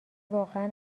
واقعا